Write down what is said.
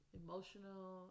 emotional